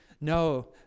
No